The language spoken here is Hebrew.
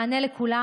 מענה לכולם,